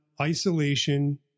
isolation